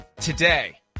today